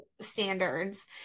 standards